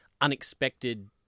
Unexpected